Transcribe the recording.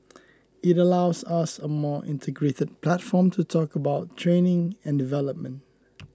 it allows us a more integrated platform to talk about training and development